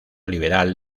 liberal